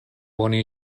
oni